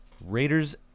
Raiders